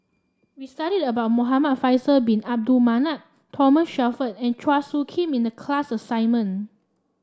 we studied about Muhamad Faisal Bin Abdul Manap Thomas Shelford and Chua Soo Khim in the class assignment